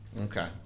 Okay